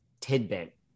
tidbit